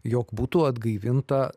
jog būtų atgaivinta